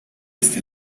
este